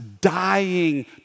dying